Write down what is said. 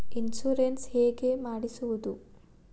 Insurance ಹೇಗೆ ಮಾಡಿಸುವುದು?